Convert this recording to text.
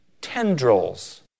tendrils